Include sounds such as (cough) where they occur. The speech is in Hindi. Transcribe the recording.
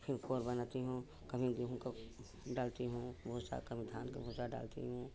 फिर (unintelligible) बनाती हूँ कभी गेहूँ का डालती हूँ भूसा कभी धान का भूसा डालती हूँ